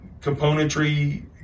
componentry